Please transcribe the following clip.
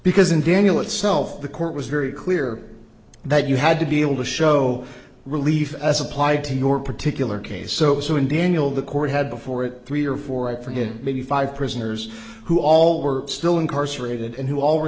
because in daniel itself the court was very clear that you had to be able to show relief as applied to your particular case so so in daniel the court had before it three or four out for good maybe five prisoners who all were still incarcerated and who al